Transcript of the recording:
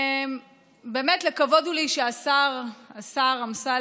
באמת, לכבוד הוא לי, השר אמסלם,